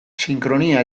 sinkronia